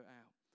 out